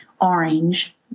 orange